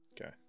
Okay